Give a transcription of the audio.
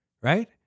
Right